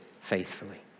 faithfully